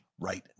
right